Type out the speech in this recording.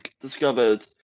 discovered